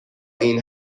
این